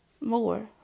more